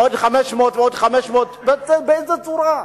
עוד 500,000 ועוד 500,000, בצורה כלשהי.